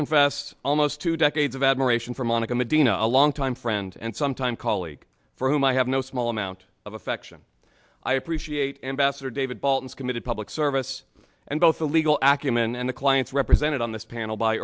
confessed almost two decades of admiration for monica medina a longtime friend and sometime colleague for whom i have no small amount of affection i appreciate ambassador david balts committed public service and both illegal act human and the clients represented on this panel by